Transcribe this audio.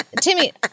Timmy